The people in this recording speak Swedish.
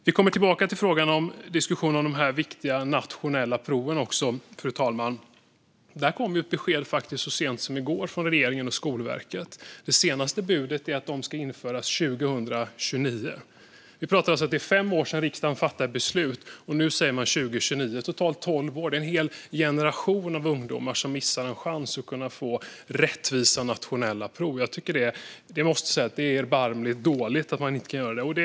Vi kommer tillbaka till diskussionen om de viktiga nationella proven, fru talman. Där kom faktiskt ett besked så sent som i går från regeringen och Skolverket. Det senaste budet är att de ska införas 2029. Det är alltså fem år sedan riksdagen fattade ett beslut, och nu säger man 2029. Det är totalt tolv år. En hel generation av ungdomar missar en chans att få rättvisa nationella prov. Jag måste säga att jag tycker att det är erbarmligt att man inte kan göra det snabbare.